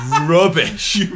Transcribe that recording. Rubbish